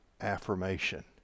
affirmation